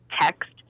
text